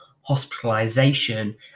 hospitalization